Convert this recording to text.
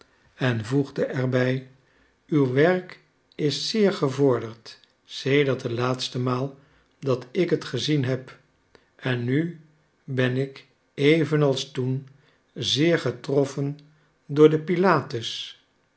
en voegde er bij uw werk is zeer gevorderd sedert de laatste maal dat ik het gezien heb en nu ben ik evenals toen zeer getroffen door uw pilatus